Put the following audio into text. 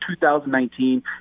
2019